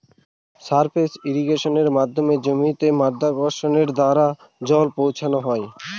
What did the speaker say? surface ইর্রিগেশনে জমিতে মাধ্যাকর্ষণের দ্বারা জল পৌঁছানো হয়